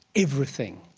everything.